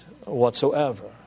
whatsoever